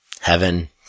heaven